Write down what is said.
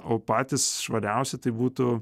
o patys švariausi tai būtų